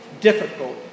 difficult